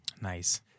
nice